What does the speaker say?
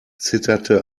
zitterte